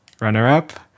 runner-up